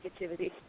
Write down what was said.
negativity